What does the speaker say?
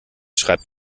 schreibt